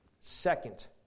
Second